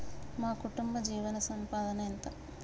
మా కుటుంబ జీవన సంపాదన ఎంత?